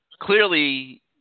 Clearly